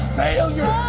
failure